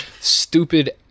Stupid